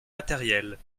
matérielle